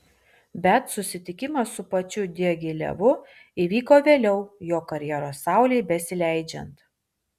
bet susitikimas su pačiu diagilevu įvyko vėliau jo karjeros saulei besileidžiant